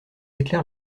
éclairs